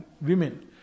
women